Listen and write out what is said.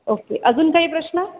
okay अजून काही प्रश्न